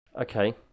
Okay